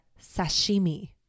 sashimi